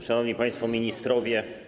Szanowni Państwo Ministrowie!